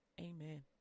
Amen